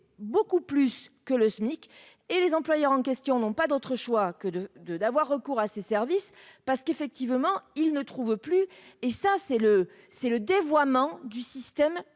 beaucoup plus que le SMIC et les employeurs en question n'ont pas d'autre choix que de, de, d'avoir recours à ses services, parce qu'effectivement, il ne trouve plus, et ça c'est le c'est le dévoiement du système